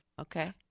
Okay